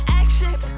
actions